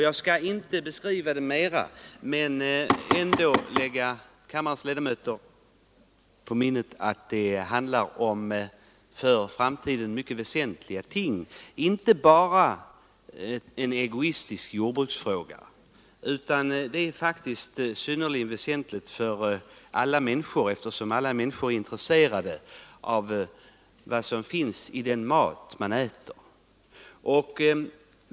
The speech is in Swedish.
Jag skall inte beskriva den förändringen mera, men jag vill ändå lägga kammarens ledamöter på minnet att det rör sig om för framtiden mycket väsentliga ting. Det här är inte bara en egoistiskt betonad jordbrukarfråga utan någonting synnerligen betydelsefullt för alla människor, eftersom alla människor är intresserade av vad som finns i den mat de äter.